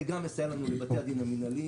זה גם יסייע לנו עם בתי הדין המינהליים.